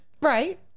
Right